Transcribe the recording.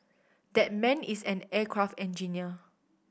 that man is an aircraft engineer